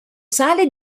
sale